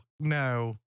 No